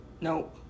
No